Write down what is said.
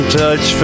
touch